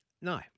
No